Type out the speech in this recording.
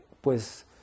pues